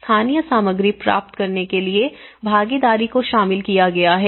स्थानीय सामग्री प्राप्त करने के लिए भागीदारी को शामिल किया गया है